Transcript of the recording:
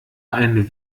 einen